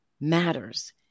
matters